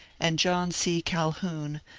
and john c. calhoun,